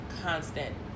constant